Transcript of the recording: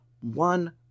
one